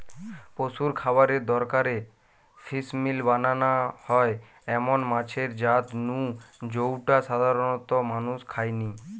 পশুর খাবারের দরকারে ফিসমিল বানানা হয় এমন মাছের জাত নু জউটা সাধারণত মানুষ খায়নি